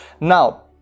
now